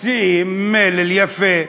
מוציאים מלל יפה,